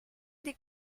des